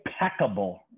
impeccable